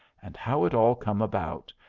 and how it all come about,